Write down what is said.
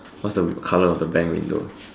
what's your color of the bang window